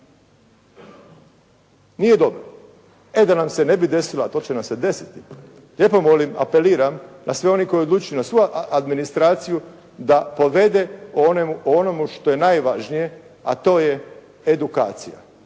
Nije dobro. E da nam se ne bi desila, a to će nam se desiti, lijepo molim, apeliram na sve one koji odlučuju na svu administraciju da povede o onomu što je najvažnije, a to je edukacija.